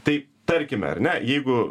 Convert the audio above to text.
tai tarkime ar ne jeigu